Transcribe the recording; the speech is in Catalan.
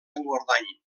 engordany